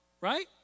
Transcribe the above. right